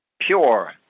pure